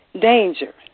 danger